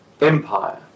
empire